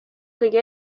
kõige